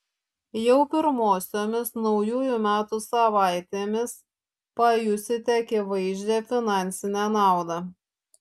jau pirmosiomis naujųjų metų savaitėmis pajusite akivaizdžią finansinę naudą